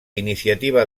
iniciativa